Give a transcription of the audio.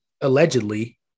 allegedly